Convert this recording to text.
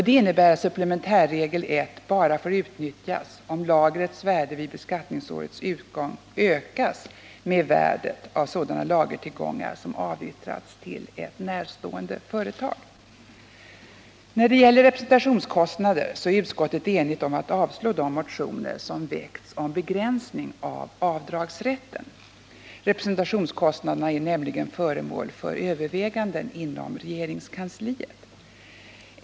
Det innebär att supplementärregel 1 bara får utnyttjas om lagrets värde vid beskattningsårets utgång ökas med värdet av sådana lagertillgångar som avyttrats till ett närstående företag. När det gäller representationskostnader är utskottet enigt om att avstyrka de motioner som väckts om begränsning av avdragsrätten. Representationskostnaderna är nämligen föremål för överväganden inom regeringskansliet.